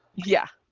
yeah.